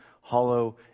hollow